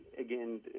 again